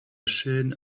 chaîne